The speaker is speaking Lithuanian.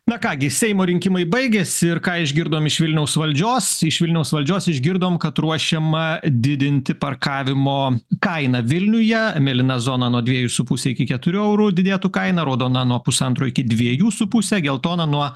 na ką gi seimo rinkimai baigėsi ir ką išgirdom iš vilniaus valdžios iš vilniaus valdžios išgirdom kad ruošiama didinti parkavimo kainą vilniuje mėlyna zona nuo dviejų su puse iki keturių eurų didėtų kaina raudona nuo pusantro iki dviejų su puse geltona nuo